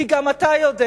כי גם אתה יודע